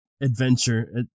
adventure